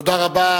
תודה רבה.